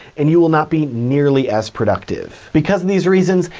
and you will not be nearly as productive. because of these reasons,